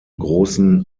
großen